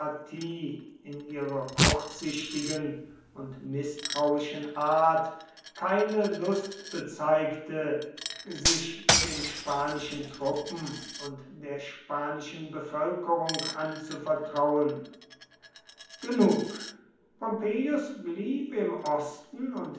in ihrer kurzsichtigen und mißtrauischen art keine lust bezeigte sich den spanischen truppen und der spanischen bevölkerung anzuvertrauen genug pompeius blieb im osten und